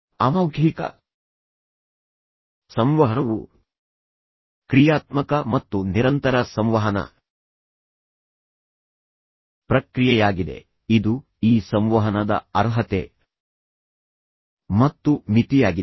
ಅಮೌಖಿಕ ಸಂವಹನವು ಕ್ರಿಯಾತ್ಮಕ ಮತ್ತು ನಿರಂತರ ಸಂವಹನ ಪ್ರಕ್ರಿಯೆಯಾಗಿದೆ ಇದು ಈ ಸಂವಹನದ ಅರ್ಹತೆ ಮತ್ತು ಮಿತಿಯಾಗಿದೆ